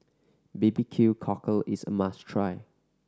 B B Q Cockle is a must try